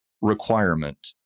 requirement